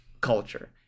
culture